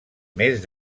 més